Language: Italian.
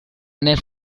nel